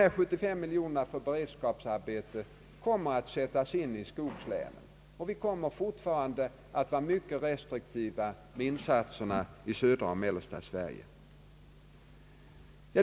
De 75 miljoner kronorna för beredskapsarbeten kommer att sättas in i skogslänen, och vi kommer fortfarande att vara mycket restriktiva med insatserna i södra och mellersta Sverige.